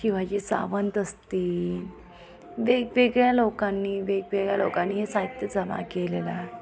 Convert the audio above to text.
शिवाजी सावंत असतील वेगवेगळ्या लोकांनी वेगवेगळ्या लोकांनी हे साहित्य जमा केलेलं आहे